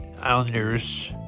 Islanders